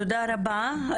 תודה רבה.